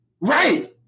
Right